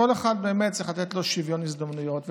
כל אחד באמת צריך לתת לו שוויון הזדמנויות,